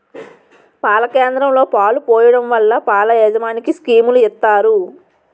పాల కేంద్రంలో పాలు పోయడం వల్ల పాల యాజమనికి స్కీములు ఇత్తారు